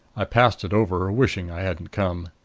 i passed it over, wishing i hadn't come.